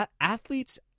Athletes